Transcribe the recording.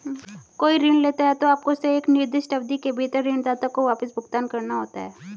कोई ऋण लेते हैं, तो आपको उसे एक निर्दिष्ट अवधि के भीतर ऋणदाता को वापस भुगतान करना होता है